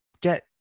get